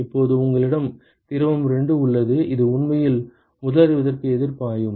இப்போது உங்களிடம் திரவம் 2 உள்ளது இது உண்மையில் முதல் திரவத்திற்கு எதிர் பாயும்